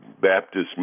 Baptist